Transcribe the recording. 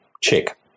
check